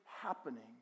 happening